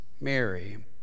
Mary